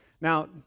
Now